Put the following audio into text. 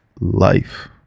life